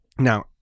Now